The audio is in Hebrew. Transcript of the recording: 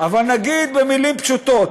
אבל נגיד במילים פשוטות,